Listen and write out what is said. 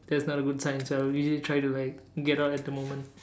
that's not a good sign so I'll usually try to like get out at the moment